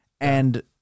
And-